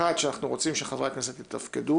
1. שאנחנו רוצים שחברי הכנסת יתפקדו,